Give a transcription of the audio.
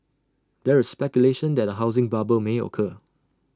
there is speculation that A housing bubble may occur